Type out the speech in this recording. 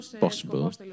possible